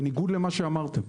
בניגוד למה שאמרתם.